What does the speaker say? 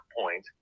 point